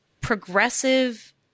progressive